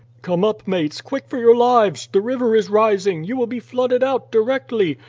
come up, mates quick, for your lives! the river is rising you will be flooded out directly.